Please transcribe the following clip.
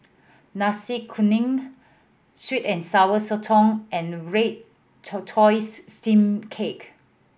Nasi Kuning sweet and Sour Sotong and red tortoise steamed cake